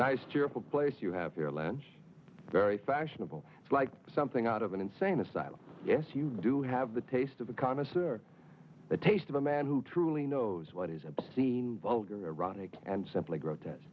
nice cheerful place you have your land very fashionable it's like something out of an insane asylum yes you do have the taste of a connoisseur the taste of a man who truly knows what is obscene vulgar ironic and simply grotesque